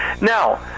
Now